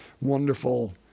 wonderful